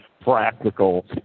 practical